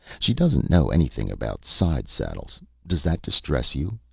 she doesn't know anything about side-saddles. does that distress you?